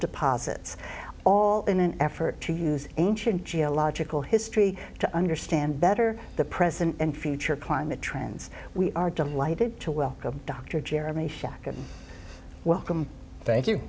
deposits all in an effort to use ancient geological history to understand better the present and future climate trends we are delighted to welcome dr jeremy shock and welcome